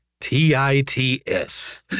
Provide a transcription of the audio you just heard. t-i-t-s